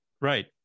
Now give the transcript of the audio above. Right